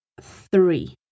three